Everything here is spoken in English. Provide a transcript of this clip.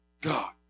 God